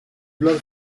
blood